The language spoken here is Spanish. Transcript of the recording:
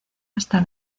hasta